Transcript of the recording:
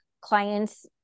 clients